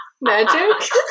Magic